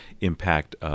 impact